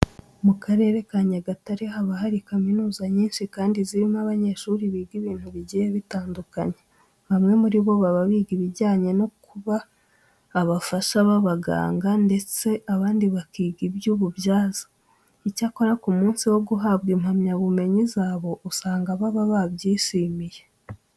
Mu Karere ka Nyagatare haba hari kaminuza nyinshi kandi zirimo abanyeshuri biga ibintu bigiye bitandukanye. Bamwe muri bo baba biga ibijyanye no kuba abafasha b'abaganga ndetse abandi bakiga iby'ububyaza. Icyakora ku munsi wo guhabwa impamyabumenyi zabo usanga baba babyishimiye.